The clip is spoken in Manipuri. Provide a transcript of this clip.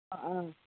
ꯑ ꯑꯥ